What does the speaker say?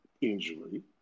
injury